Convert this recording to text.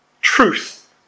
truth